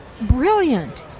brilliant